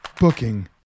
booking